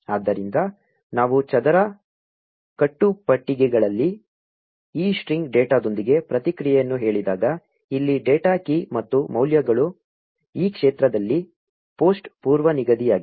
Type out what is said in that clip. ಆದ್ದರಿಂದ ನಾವು ಚದರ ಕಟ್ಟುಪಟ್ಟಿಗಳಲ್ಲಿ ಈ ಸ್ಟ್ರಿಂಗ್ ಡೇಟಾದೊಂದಿಗೆ ಪ್ರತಿಕ್ರಿಯೆಯನ್ನು ಹೇಳಿದಾಗ ಇಲ್ಲಿ ಡೇಟಾ ಕೀ ಮತ್ತು ಮೌಲ್ಯಗಳು ಈ ಕ್ಷೇತ್ರದಲ್ಲಿ ಪೋಸ್ಟ್ ಪೂರ್ವನಿಗದಿಯಾಗಿದೆ